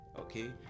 okay